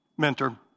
mentor